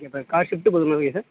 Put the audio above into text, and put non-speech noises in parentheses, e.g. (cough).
இப்போ car shift போதுமா (unintelligible) sir